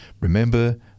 remember